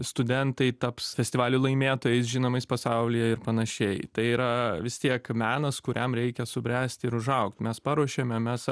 studentai taps festivalio laimėtojais žinomais pasaulyje ir panašiai tai yra vis tiek menas kuriam reikia subręsti ir užaugt mes paruošėme mes